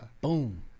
Boom